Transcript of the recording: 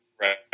right